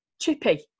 chippy